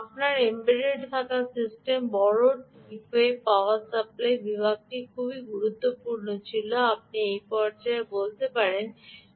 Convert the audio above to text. সুতরাং আপনার এম্বেড থাকা সিস্টেমের বড় টেকওয়ে পাওয়ার সাপ্লাই বিভাগটি খুব গুরুত্বপূর্ণ আপনি এই পর্যায়ে বলতে পারেন